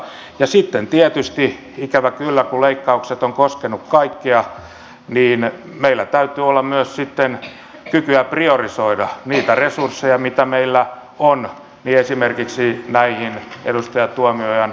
ja sitten tietysti ikävä kyllä kun leikkaukset ovat koskeneet kaikkea meillä täytyy olla myös sitten kykyä priorisoida niitä resursseja mitä meillä on esimerkiksi näihin edustaja tuomiojan mainitsemiin kipukohtiin